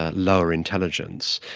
ah lower intelligence.